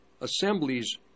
assemblies